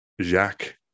Jacques